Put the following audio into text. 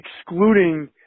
excluding